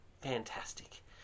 fantastic